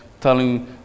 telling